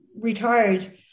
retired